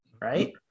right